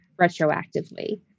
retroactively